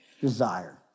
desire